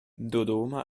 dodoma